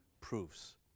proofs